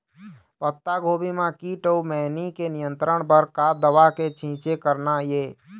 पत्तागोभी म कीट अऊ मैनी के नियंत्रण बर का दवा के छींचे करना ये?